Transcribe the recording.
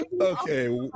okay